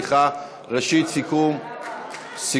אה, סליחה, ראשית, סיכום.